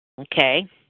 Okay